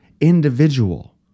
individual